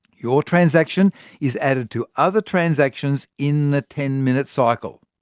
your transaction is added to other transactions, in the ten minute cycle.